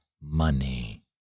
money